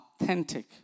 Authentic